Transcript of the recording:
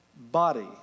Body